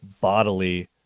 bodily